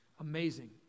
Amazing